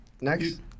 Next